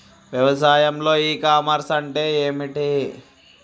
వ్యవసాయంలో e commerce అంటే ఏమిటి?